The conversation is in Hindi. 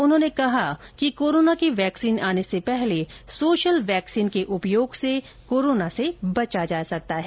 उन्होंने कहा कि कोरोना की वैक्सीन आने से पहले सोशल वैक्सीन के उपयोग से कोरोना से बचा जा सकता है